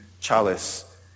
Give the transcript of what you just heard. chalice